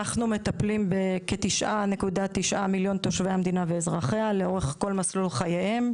אנחנו מטפלים ב-9.9 מיליון תושבי המדינה ואזרחיה לאורך כל מסלול חייהם,